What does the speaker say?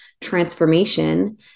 transformation